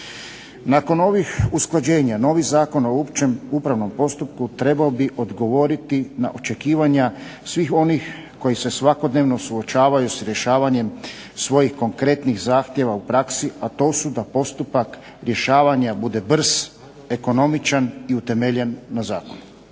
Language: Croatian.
Nakon ovih usklađenja novi Zakon o općem upravnom postupku trebao bi odgovoriti na očekivanja svih onih koji se svakodnevno suočavaju s sprečavanjem svojih konkretnih zakona u praksi a to su da postupak rješavanja bude brz, ekonomičan i utemeljen na Zakonima.